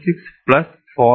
76 plus 4